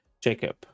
Jacob